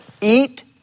Eat